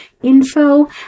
info